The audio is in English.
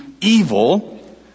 evil